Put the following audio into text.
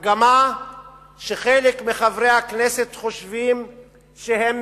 מגמה שחלק מחברי הכנסת חושבים שהם